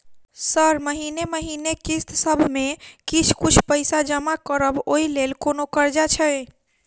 Sir महीने महीने किस्तसभ मे किछ कुछ पैसा जमा करब ओई लेल कोनो कर्जा छैय?